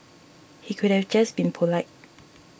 he could have just been polite